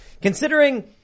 Considering